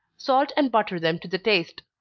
salt and butter them to the taste.